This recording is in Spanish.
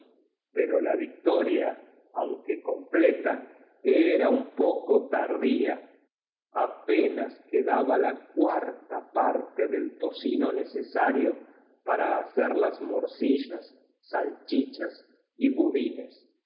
pero la victoria aunque completa era uo poco tardía apenas quedaba la cuarta parte del tocino necesario para hacer las morcillas salchichas y budines